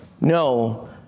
No